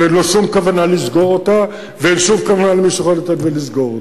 אין לו שום כוונה לסגור אותה ואין שום כוונה למישהו אחר לסגור אותה.